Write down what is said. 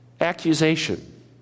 Accusation